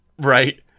right